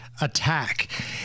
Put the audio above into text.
attack